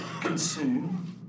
consume